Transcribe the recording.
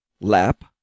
lap